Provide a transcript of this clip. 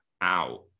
out